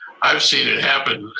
i've seen it happen.